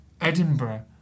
Edinburgh